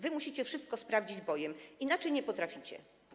Wy musicie wszystko sprawdzić bojem, inaczej nie potraficie.